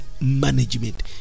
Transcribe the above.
management